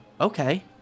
okay